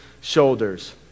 shoulders